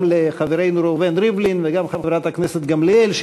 גם לחברנו ראובן ריבלין וגם לחברת הכנסת גמליאל,